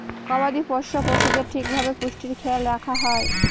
গবাদি পোষ্য পশুদের ঠিক ভাবে পুষ্টির খেয়াল রাখা হয়